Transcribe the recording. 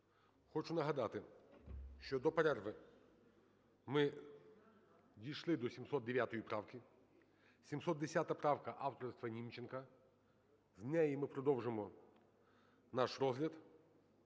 Хочу нагадати, що до перерви ми дійшли до 709 правки. 710 правка авторства Німченка, з неї ми продовжимо наш розгляд.